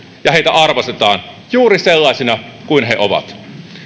ja heitä arvostetaan juuri sellaisina kuin he ovat